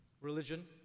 religion